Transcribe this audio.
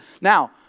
Now